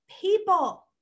people